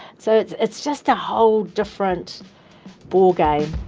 so it's it's just a whole different ballgame